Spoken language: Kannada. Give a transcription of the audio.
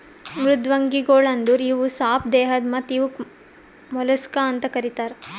ಮೃದ್ವಂಗಿಗೊಳ್ ಅಂದುರ್ ಇವು ಸಾಪ್ ದೇಹದ್ ಮತ್ತ ಇವುಕ್ ಮೊಲಸ್ಕಾ ಅಂತ್ ಕರಿತಾರ್